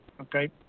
okay